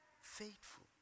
faithful